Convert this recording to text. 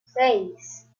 seis